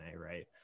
right